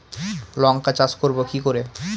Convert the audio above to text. লঙ্কা চাষ করব কি করে?